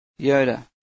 Yoda